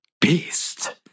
Beast